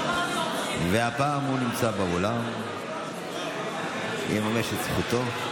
הפעם הוא נמצא באולם ויממש את זכותו.